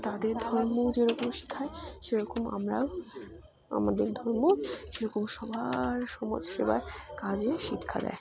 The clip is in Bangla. তাদের ধর্মও যেরকম শেখায় সেরকম আমরাও আমাদের ধর্ম সেরকম সবার সমাজসেবার কাজে শিক্ষা দেয়